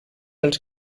els